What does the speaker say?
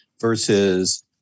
versus